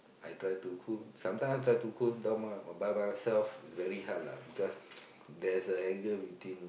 I try to cool sometimes I try to cool down my by myself it's very hard lah because there's a anger between